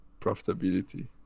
profitability